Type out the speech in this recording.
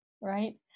right